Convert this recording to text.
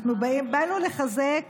אנחנו באנו לחזק